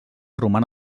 roman